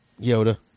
Yoda